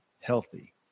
healthy